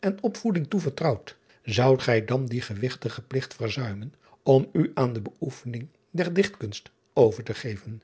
en opvoeding toevertrouwd zoudt gij dan dien gewigtigen pligt verzuimen om u aan de beoefening der ichtkunst over te geven